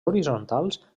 horitzontals